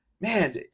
man